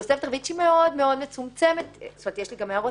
התוספת הרביעית מצומצמת הרבה יותר